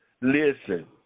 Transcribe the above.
Listen